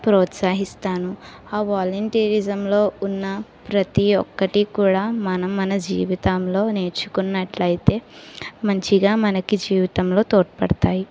ప్రోత్సహిస్తాను ఆ వాలెంటిరీజంలో ఉన్న ప్రతి ఒక్కటి కూడా మనం మన జీవితంలో నేర్చుకున్నట్లయితే మంచిగా మనకి జీవితంలో తోడ్పడతాయి